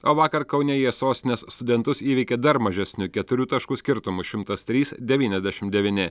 o vakar kaune jie sostinės studentus įveikė dar mažesniu keturių taškų skirtumu šimtas trys devyniasdešimt devyni